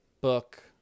book